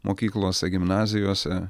mokyklose gimnazijose